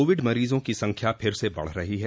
Covid मरीजों की संख्या फिर से बढ़ रही है